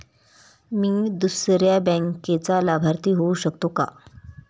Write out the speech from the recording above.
मी दुसऱ्या बँकेचा लाभार्थी होऊ शकतो का?